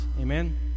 amen